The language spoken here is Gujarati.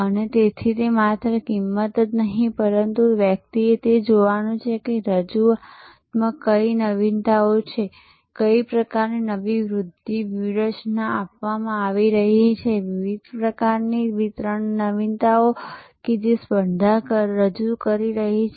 અને તેથી તે માત્ર કિંમત જ નહીં પરંતુ વ્યક્તિએ તે જોવાનું છે કે રજૂઆતમાં કઈ નવીનતાઓ છે કઈ પ્રકારની નવી વૃધ્ધિ વ્યૂહરચના અપનાવવામાં આવી રહી છે વિવિધ પ્રકારની વિતરણ નવીનતાઓ કે જે સ્પર્ધા રજૂ કરી રહી છે